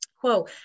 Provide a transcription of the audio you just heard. Whoa